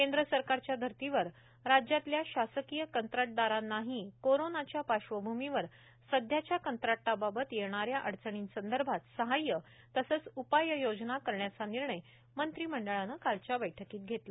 केंद्र सरकारच्या धर्तीवर राज्यातल्या शासकीय कंत्राटदारांनाही कोरोनाच्या पार्श्वभूमीवर सध्याच्या कंत्राटाबाबत येणाऱ्या अडचर्णीसंदर्भात सहाय्य तसंच उपाययोजना करण्याचा निर्णय मंत्रिमंडळानं कालच्या बैठकीत घेतला